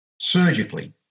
surgically